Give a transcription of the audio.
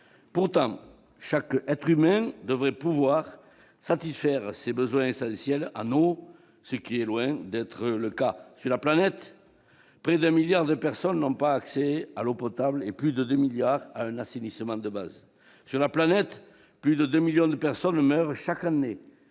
Pourtant, chaque être humain devrait pouvoir satisfaire ses besoins essentiels en eau, ce qui est loin d'être le cas. Sur la planète, près de 1 milliard de personnes n'ont pas accès à l'eau potable et plus de 2 milliards ne bénéficient pas d'un assainissement de base. Chaque année, plus de 2 millions de personnes meurent dans le